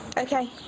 Okay